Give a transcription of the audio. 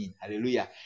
hallelujah